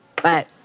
but,